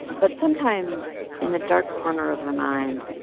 but sometimes, in a dark corner of her mind,